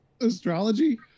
astrology